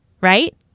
right